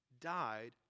died